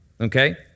okay